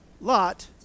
Lot